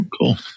Cool